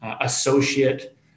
associate